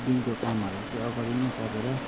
दिनको कामहरूलाई चाहिँ अगाडि नै सकेर